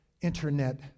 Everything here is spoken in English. Internet